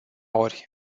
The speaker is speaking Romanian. ori